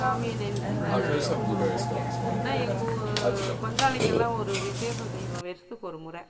சாமியை நினைச்சி நல்ல கும்பிடுவோம் நான் எங்கள் பங்காளிங்கெல்லாம் ஒரு விசேஷம் செய்வோம் வருஷத்துக்கு ஒரு முறை